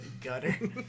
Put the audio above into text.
Gutter